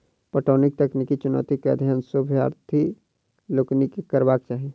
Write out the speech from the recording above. पटौनीक तकनीकी चुनौतीक अध्ययन शोधार्थी लोकनि के करबाक चाही